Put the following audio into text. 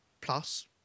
plus